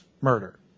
murder